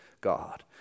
God